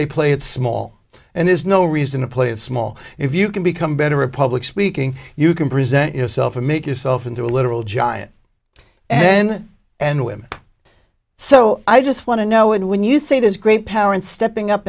they play it small and there's no reason to play it small if you can become better a public speaking you can present yourself and make yourself into a literal giant then and women so i just want to know and when you see those great parents stepping up